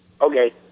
Okay